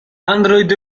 android